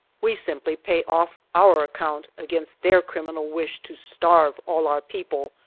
we simply pay off our account against their criminal wish to starve all our people,